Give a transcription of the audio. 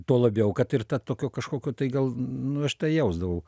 tuo labiau kad ir ta tokio kažkokio tai gal nu aš tą jausdavau